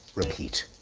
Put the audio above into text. repeat.